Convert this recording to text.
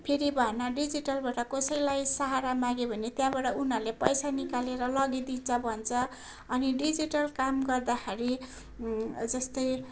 फेरि भएन डिजिटलबाट कसैलाई सहारा माग्यो भने त्यहाँबाट उनीहरूले पैसा निकालेर लगिदिन्छ भन्छ अनि डिजिटल काम गर्दाखेरि जस्तै